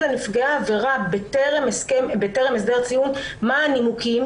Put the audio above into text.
לנפגעי העבירה בטרם הסדר טיעון מה הנימוקים,